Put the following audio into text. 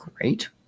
Great